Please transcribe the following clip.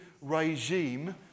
regime